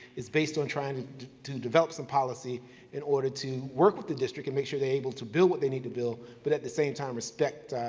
is based on trying to to develop some policy in order to work with the district and make sure they able to build what they need to build. but at the same time, respect,